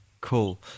cool